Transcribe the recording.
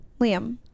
Liam